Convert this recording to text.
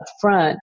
front